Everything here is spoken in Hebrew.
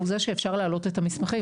הוא זה שאפשר להעלות את המסמכים,